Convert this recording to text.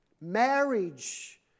Marriage